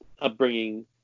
upbringing